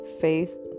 faith